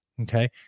Okay